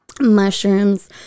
mushrooms